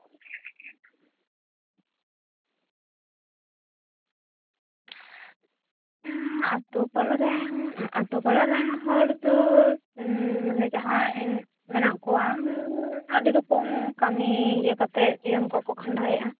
ᱟᱛᱳ ᱯᱟᱲᱟ ᱨᱮᱱ ᱟᱛᱳ ᱯᱟᱲᱟ ᱨᱮᱱ ᱦᱚᱲ ᱫᱚ ᱢᱟᱱᱮ ᱡᱟᱦᱟᱸᱭ ᱢᱮᱱᱟᱜ ᱠᱚᱣᱟ ᱟᱹᱰᱤ ᱨᱚᱠᱚᱢ ᱠᱟᱹᱢᱤ ᱤᱭᱟᱹ ᱠᱟᱛᱮ ᱡᱤᱭᱚᱱ ᱠᱚᱠᱚ ᱠᱷᱟᱸᱰᱟᱣᱮᱫᱼᱟ